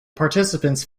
participants